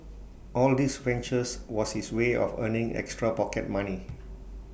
all these ventures was his way of earning extra pocket money